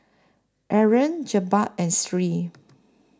Aaron Jebat and Sri